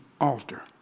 altar